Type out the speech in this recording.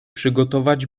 przygotować